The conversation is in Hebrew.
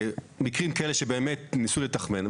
מקרים כאלה שבאמת ניסו לתחמן,